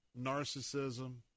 narcissism